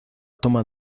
toma